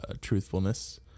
truthfulness